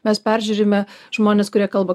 mes peržiūrime žmones kurie kalba